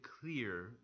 clear